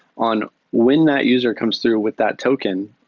on when that user comes through with that token,